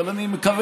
אבל אני מקווה,